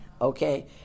okay